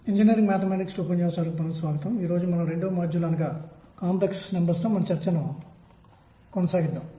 గత వారం మేము కృష్ణ వస్తువుబ్లాక్ బాడీ వికిరణంరేడియేషన్తో క్వాంటం సిద్ధాంతంపై మా చర్చను ప్రారంభించాము